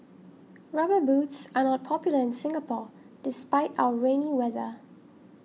rubber boots are not popular in Singapore despite our rainy weather